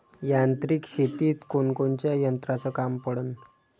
यांत्रिक शेतीत कोनकोनच्या यंत्राचं काम पडन?